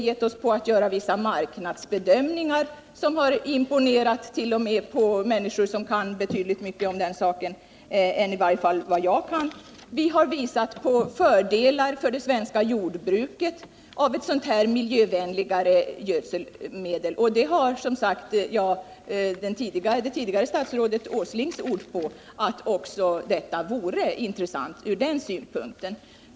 givit oss på att göra vissa marknadsbedömningar, som har imponerat på människor som kan betydligt mer om den saken än jag. Vi har visat på fördelarna för svenskt jordbruk av ett sådant här miljövänligt gödselmedel. Vi har det tidigare statsrådet Åslings ord på att en tillverkning vore intressant från den synpunkten.